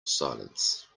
silence